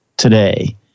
Today